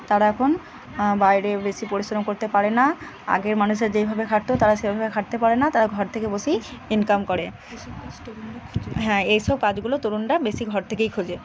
তারা এখন বাইরে বেশি পরিশ্রম করতে পারে না আগের মানুষেরা যেইভাবে খাটত তারা সেভাবে খাটতে পারে না তারা ঘর থেকে বসেই ইনকাম করে হ্যাঁ এই সব কাজগুলো তরুণরা বেশি ঘর থেকেই খোঁজে